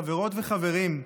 חברות וחברים,